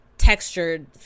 Textured